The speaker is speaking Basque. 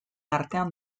artean